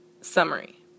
summary